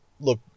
look